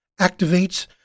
activates